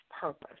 purpose